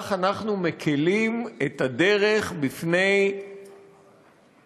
כך אנחנו מקלים את הדרך בפני הממשלה,